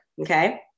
okay